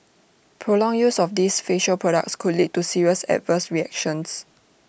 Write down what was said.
prolonged use of these facial products could lead to serious adverse reactions